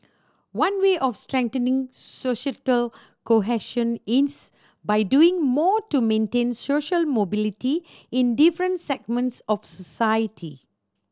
one way of strengthening societal cohesion is by doing more to maintain social mobility in different segments of society